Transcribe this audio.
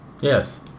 Yes